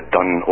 done